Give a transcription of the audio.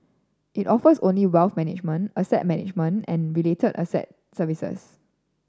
it offers only wealth management asset management and related asset services